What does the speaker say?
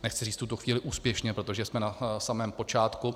Nechci říct v tuto chvíli úspěšně, protože jsme na samém počátku.